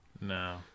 No